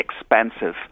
expensive